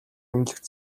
эмнэлэгт